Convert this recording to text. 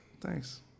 thanks